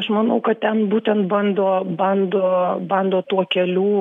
aš manau kad ten būtent bando bando bando tuo kelių